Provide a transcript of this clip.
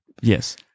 Yes